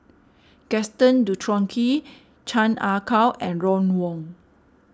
Gaston Dutronquoy Chan Ah Kow and Ron Wong